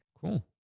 Cool